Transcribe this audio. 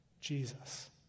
Jesus